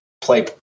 play